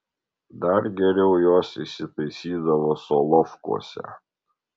dar geriau jos įsitaisydavo solovkuose